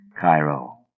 Cairo